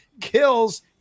kills